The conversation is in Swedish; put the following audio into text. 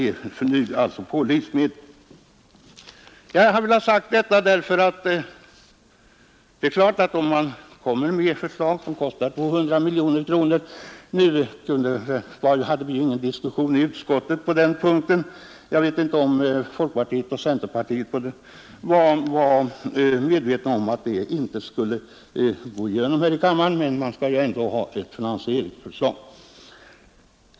Vi hade ingen diskussion på den här punkten i utskottet — jag vet inte om det berodde på att folkpartiets och centerpartiets representanter var medvetna om att förslaget inte skulle gå igenom här i kammaren — men framlägger man ett förslag som kostar 200 miljoner kronor, skall man också ha ett finansieringsförslag.